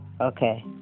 okay